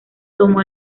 tomó